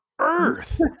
earth